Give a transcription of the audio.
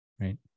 right